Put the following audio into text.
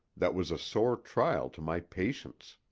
that was a sore trial to my patience.